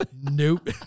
Nope